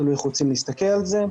תלוי איך רוצים להסתכל על זה.